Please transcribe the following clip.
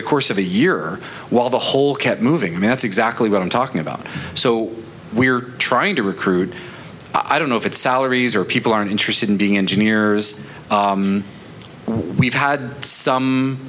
the course of a year while the whole kept moving that's exactly what i'm talking about so we're trying to recruit i don't know if it's salaries or people aren't interested in being engineers we've had some